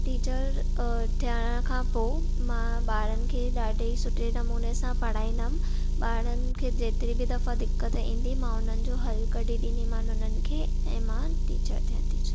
teacher थियण खां पोइ मां ॿारनि खे ॾाढे सुठे नमूने सां पढ़ाईंदमि ॿारनि खे जेतिरी बि दफ़ा दिक्कत ईंदी मां उन्हनि जो हलु कढी ॾींदीमानि उन्हनि खे ऐं मां टीचर थियणु थी चाहियां